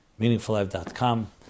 MeaningfulLife.com